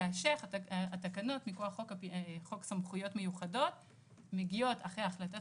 כאשר התקנות מכוח חוק סמכויות מיוחדות מגיעות אחרי החלטת